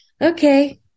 Okay